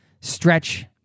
stretch